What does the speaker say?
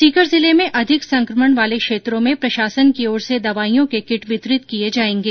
सीकर जिले में अधिक संकमण वाले क्षेत्रों में प्रशासन की ओर से दवाईयों के किट वितरित किये जायेगें